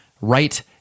right